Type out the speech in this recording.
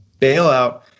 bailout